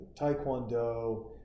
Taekwondo